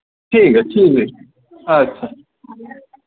ठीक ऐ ठीक ऐ जी अच्छा